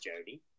Jody